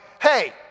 hey